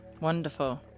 Wonderful